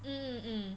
mm